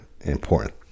important